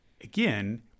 Again